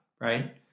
right